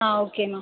ஆ okay மா